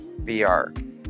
VR